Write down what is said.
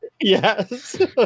yes